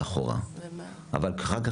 אבל אחר כך,